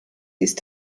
ist